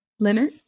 Leonard